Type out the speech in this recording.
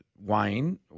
Wayne